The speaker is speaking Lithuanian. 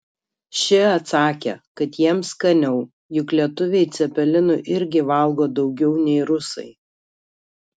ši atsakė kad jiems skaniau juk lietuviai cepelinų irgi valgo daugiau nei rusai